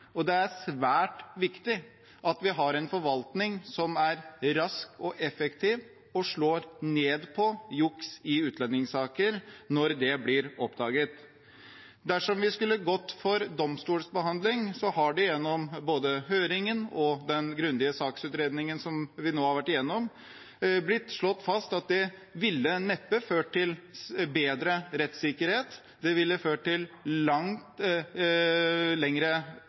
og det er svært viktig at vi har en forvaltning som er rask og effektiv og slår ned på juks i utlendingssaker når det blir oppdaget. Dersom vi skulle gått for domstolsbehandling, har det gjennom både høringen og den grundige saksutredningen som vi nå har vært gjennom, blitt slått fast at det neppe ville ført til bedre rettssikkerhet. Det ville ført til lengre